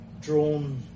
drawn